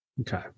Okay